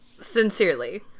Sincerely